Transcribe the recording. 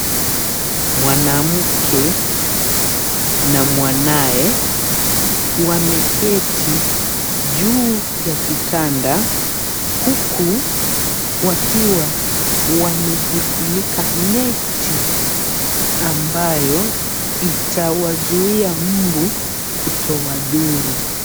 Mwanamke na mwanaye wameketi juu ya kitanda, huku wakiwa wamejifunika net ambayo itawazuia mmbu kutowadhuru.